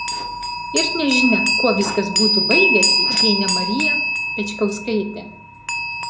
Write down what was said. ir nežinia kuo viskas būtų baigęsi jei ne marija pečkauskaitė